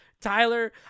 tyler